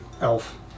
Elf